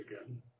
again